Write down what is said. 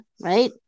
right